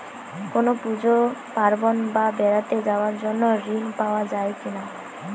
কোনো পুজো পার্বণ বা বেড়াতে যাওয়ার জন্য ঋণ পাওয়া যায় কিনা?